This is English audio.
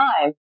time